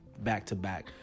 back-to-back